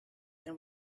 and